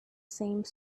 same